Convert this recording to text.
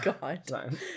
God